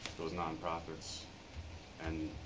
those non-profits and